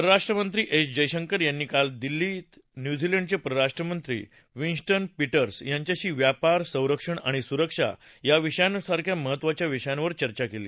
परराष्ट्रमंत्री एस जयशंकर यांनी काल नवी दिल्लीत न्यूझीलंडचे परराष्ट्रमंत्री विन्स्टन पीटर्स यांच्याशी व्यापार संरक्षण आणि सुरक्षा या विषयांसारख्या महत्त्वाच्या विषयांवर चर्चा केली